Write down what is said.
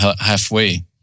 halfway